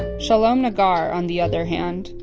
shalom nagar, on the other hand,